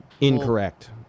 incorrect